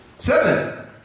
Seven